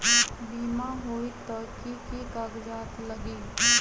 बिमा होई त कि की कागज़ात लगी?